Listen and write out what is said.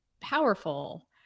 powerful